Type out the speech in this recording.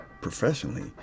professionally